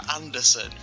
Anderson